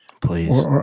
Please